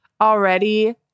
already